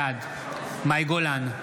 בעד מאי גולן,